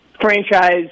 franchise